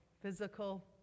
physical